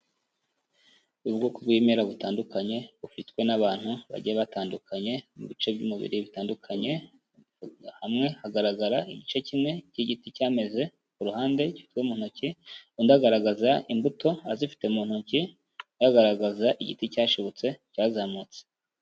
Ubwoko bw'ibimera butandukanye, bufitwe n'abantu bagiye batandukanye, mu bice by'umubiri bitandukanye, hamwe hagaragara igice kimwe cy'igiti cyameze, ku ruhande gifitwe mu ntoki, undi agaragaza imbuto azifite mu ntoki, undi agaragaza igiti cyashibutse, cyazamutse.